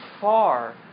far